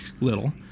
little